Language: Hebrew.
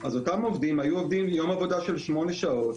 אז אותם עובדים היו עובדים יום עבודה של שמונה שעות